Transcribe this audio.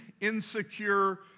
insecure